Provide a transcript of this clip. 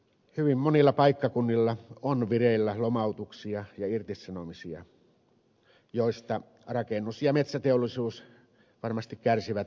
hyvin monilla paikkakunnilla on vireillä lomautuksia ja irtisanomisia joista rakennus ja metsäteollisuus varmasti kärsivät eniten